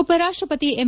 ಉಪರಾಷ್ಟ್ರಪತಿ ಎಂ